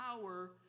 power